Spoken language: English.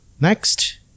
Next